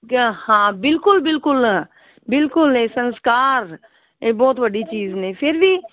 ਕਿਆ ਹਾਂ ਬਿਲਕੁਲ ਬਿਲਕੁਲ ਬਿਲਕੁਲ ਇਹ ਸੰਸਕਾਰ ਇਹ ਬਹੁਤ ਵੱਡੀ ਚੀਜ਼ ਨੇ ਫਿਰ ਵੀ